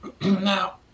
Now